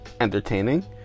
entertaining